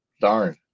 Darn